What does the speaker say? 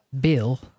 Bill